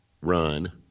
Run